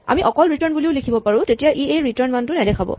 আমি অকল ৰিটাৰ্ন বুলিও লিখিব পাৰোঁ তেতিয়া ই এই ৰিটাৰ্ন মানটো নেদেখাব